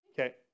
Okay